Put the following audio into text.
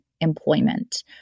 employment